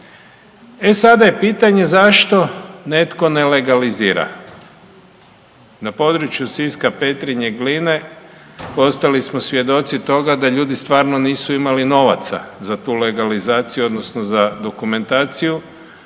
E sada je pitanje zašto netko ne legalizira. Na području Siska, Petrinje i Gline postali smo svjedoci toga da ljudi stvarno nisu imali novaca za tu legalizaciju odnosno za dokumentaciju,